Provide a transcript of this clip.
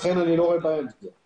לכן אני לא רואה בעיה עם זה.